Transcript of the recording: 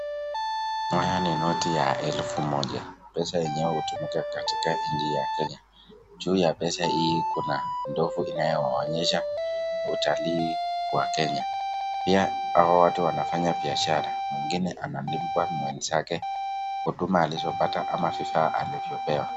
Haya ni noti ya elfu moja. Pesa yenyewe hutumika katika nchi ya Kenya. Juu ya pesa hii kuna ndovu inayowaonyesha utalii wa Kenya. Pia hawa watu wanafanya biashara. Mwingine analipwa mwenzake kwa huduma alizopata ama vifaa alivyopewa.